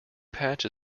patch